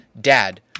dad